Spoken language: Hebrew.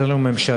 שיש לנו ממשלה,